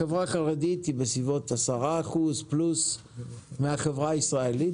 החברה החרדית היא בסביבות 10% פלוס מהחברה הישראלית